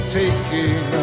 taking